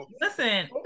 Listen